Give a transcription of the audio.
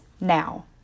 now